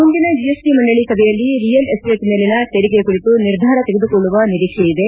ಮುಂದಿನ ಜಿಎಸ್ಟ ಮಂಡಳಿ ಸಭೆಯಲ್ಲಿ ರಿಯಲ್ ಎಸ್ಸೇಟ್ ಮೇಲಿನ ತೆರಿಗೆ ಕುರಿತು ನಿರ್ಧಾರ ತೆಗೆದುಕೊಳ್ಳುವ ನಿರೀಕ್ಷೆಯಿದೆ